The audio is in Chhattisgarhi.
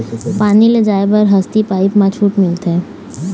पानी ले जाय बर हसती पाइप मा छूट मिलथे?